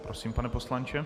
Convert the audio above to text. Prosím, pane poslanče.